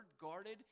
guarded